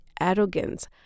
arrogance